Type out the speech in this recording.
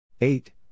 eight